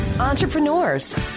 Entrepreneurs